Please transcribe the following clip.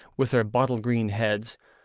with their bottle-green heads,